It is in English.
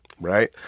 Right